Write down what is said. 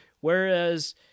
Whereas